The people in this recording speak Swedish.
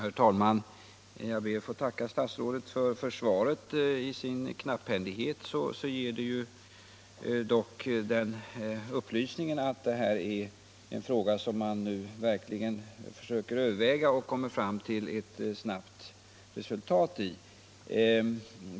Herr talman! Jag ber att få tacka statsrådet för svaret. I sin knapphändighet ger det dock den upplysningen att man nu verkligen försöker komma fram till ett snabbt resultat i denna fråga.